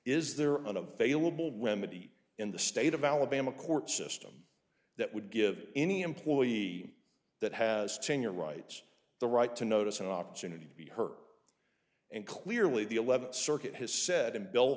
is there are unavailable remedy in the state of alabama court system that would give any employee that has chain your rights the right to notice an opportunity to be heard and clearly the eleventh circuit has said and bil